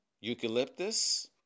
eucalyptus